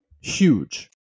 Huge